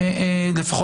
בסדר,